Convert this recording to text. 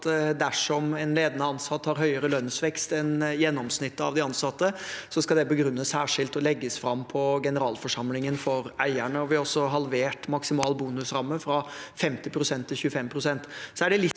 dersom en ledende ansatt har høyere lønnsvekst enn gjennomsnittet av de ansatte, skal det begrunnes særskilt og legges fram på generalforsamlingen for eierne. Vi har også halvert maksimal bonusramme fra 50 pst. til 25 pst.